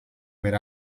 per